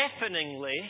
deafeningly